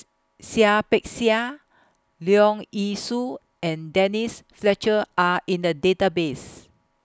Seah Peck Seah Leong Yee Soo and Denise Fletcher Are in The Database